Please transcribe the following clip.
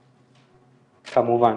נכון, כמובן.